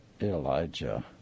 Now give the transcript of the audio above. Elijah